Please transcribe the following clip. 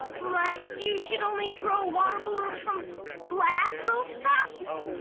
like. you should only throw water balloons from flat rooftops?